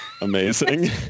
amazing